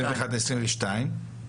2021-2020,